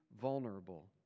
vulnerable